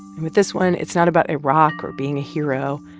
and with this one, it's not about iraq or being a hero.